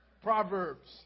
Proverbs